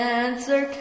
answer